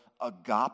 agape